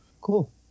Cool